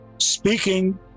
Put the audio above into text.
speaking